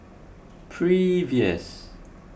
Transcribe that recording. previous